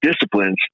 disciplines